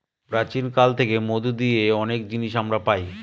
প্রাচীন কাল থেকে মধু দিয়ে অনেক জিনিস আমরা পায়